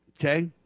Okay